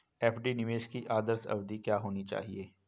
FD निवेश की आदर्श अवधि क्या होनी चाहिए?